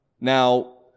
Now